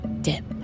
dip